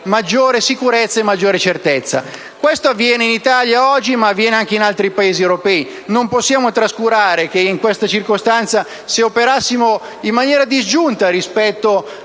maggiore sicurezza e maggiore certezza. Questo avviene in Italia oggi, ma avviene anche in altri Paesi europei. Non possiamo trascurare il fatto che, in questa circostanza, non possiamo operare in maniera disgiunta rispetto